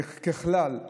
ככלל,